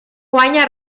guanya